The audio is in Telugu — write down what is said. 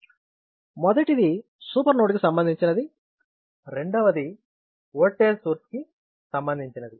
మొదటిది సమీకరణం సూపర్ నోడ్ కి సంబంధించినది రెండవది ఓల్టేజ్ సోర్స్ కి సంబంధించినది